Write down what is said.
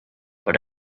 but